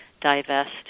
divest